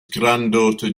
granddaughter